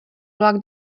vlak